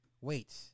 wait